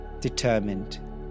determined